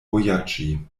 vojaĝi